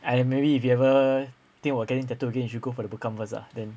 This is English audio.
and maybe if you ever think about getting tattoos again you should go for the bekam first lah then